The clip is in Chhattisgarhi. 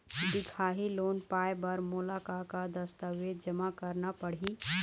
दिखाही लोन पाए बर मोला का का दस्तावेज जमा करना पड़ही?